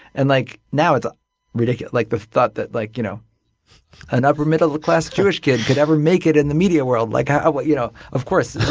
and like now, it's ridiculous. like the thought that like you know an upper middle class jewish kid could ever make it in the media world. like you know of course.